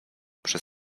przed